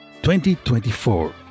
2024